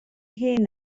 hŷn